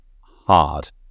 hard